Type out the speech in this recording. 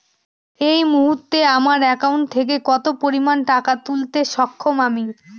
এই মুহূর্তে আমার একাউন্ট থেকে কত পরিমান টাকা তুলতে সক্ষম আমি?